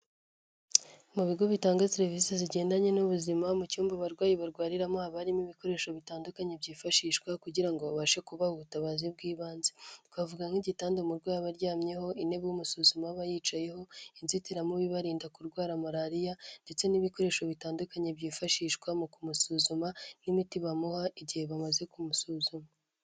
Mu Ibigo bitanga serivisi zigendanye n'ubuzima mu cyumba abarwayi barwariramo hab harimo ibikoresho bitandukanye byifashishwa kugira ngo babashe kubaha ubutabazi bw'ibanze. Twavuga nk'igitanda umurwayi aba aryamyeho, inebe umusuzuma aba yicayeho, inzitiramubu ibarinda kurwara malariya ndetse n'ibikoresho bitandukanye byifashishwa mu kumusuzuma n'imiti bamuha igihe bamaze kumusuzuma.